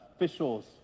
Officials